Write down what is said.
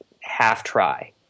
half-try